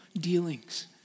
dealings